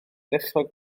ddechrau